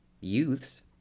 youths